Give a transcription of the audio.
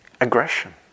aggression